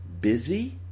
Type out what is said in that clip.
Busy